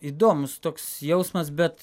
įdomus toks jausmas bet